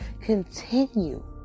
Continue